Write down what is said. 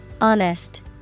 Honest